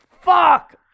Fuck